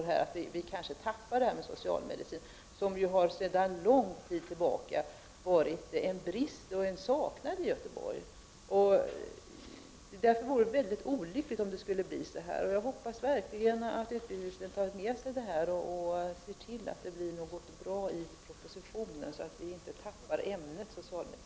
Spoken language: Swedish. Det finns alltså risk att vi tappar inriktningen på socialmedicin, som ju sedan lång tid tillbaka varit en brist i Göteborg och något som vi saknat. Därför vore det olyckligt om det skulle bli som jag befarar. Jag hoppas verkligen att utbildningsministern nu tar med sig de här synpunkterna och ser till att det blir något bra av propositionen, så att vi inte tappar ämnet socialmedicin.